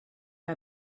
que